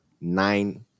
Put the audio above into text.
nine